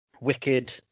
wicked